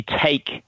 take